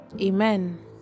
Amen